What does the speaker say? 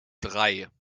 drei